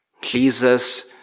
Jesus